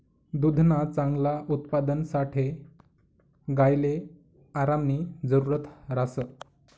दुधना चांगला उत्पादनसाठे गायले आरामनी जरुरत ह्रास